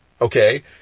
okay